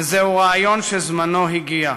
וזהו רעיון שזמנו הגיע.